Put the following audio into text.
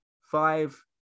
five